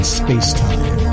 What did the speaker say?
space-time